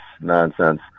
nonsense